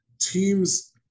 teams